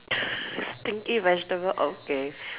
stinky vegetable okay